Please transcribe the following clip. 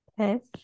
Okay